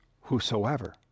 Whosoever